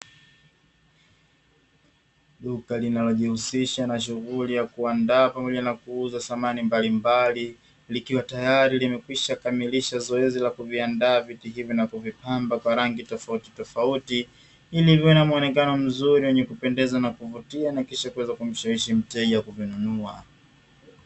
Duka linalojihusisha na shughuli ya kuandaa pamoja na kuuza samahani mbalimbali, likiwa tayari limekwisha kamilisha zoezi la kuviandaa viti hivi na kuvipamba kwa rangi tofauti tofauti, ili viwe na muonekano mzuri wenye kupendeza na kuvutia na kisha kuweza kumshawishi mteja kuvinunua.